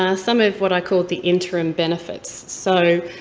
ah some of what i call the interim benefits. so,